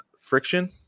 friction